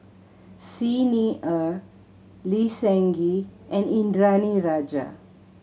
Xi Ni Er Lee Seng Gee and Indranee Rajah